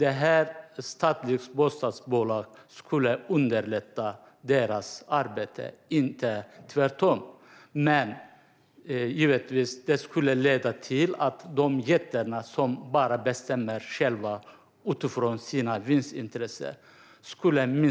Ett statligt bostadsbolag skulle underlätta deras arbete, inte tvärtom. Men givetvis skulle det minska möjligheten för jättarna att själva bestämma utifrån sina vinstintressen.